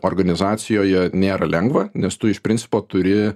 organizacijoje nėra lengva nes tu iš principo turi